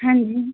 ਹਾਂਜੀ ਜੀ